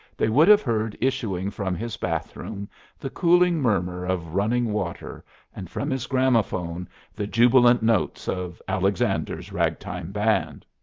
they would have heard issuing from his bathroom the cooling murmur of running water and from his gramophone the jubilant notes of alexander's ragtime band.